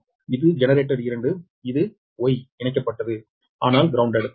இது ஜெனரேட்டர் 2 இது Y இணைக்கப்பட்டது ஆனால் கிரௌண்டெட் இது 15 MVA 6